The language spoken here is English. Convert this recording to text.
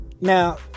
Now